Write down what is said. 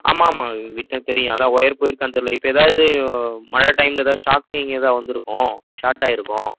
ஆமாம் ஆமாம் வீட்லாம் தெரியும் அதான் ஒயர் போயிருக்கான்னு தெரில இப்போ ஏதாவது மழை டைம் ஏதாவது ஷாக்கிங் ஏதாவது வந்துருக்கும் ஷார்ட்டாயிருக்கும்